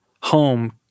home